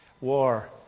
war